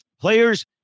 Players